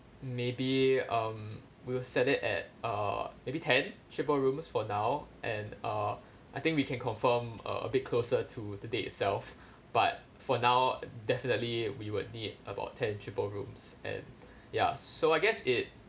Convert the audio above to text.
maybe um we will set it at uh maybe ten triple rooms for now and uh I think we can confirm uh a bit closer to the date itself but for now definitely we would need about ten triple rooms and ya so I guess it